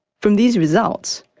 from these results,